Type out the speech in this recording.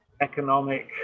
economic